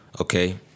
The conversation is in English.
Okay